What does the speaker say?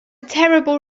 terrible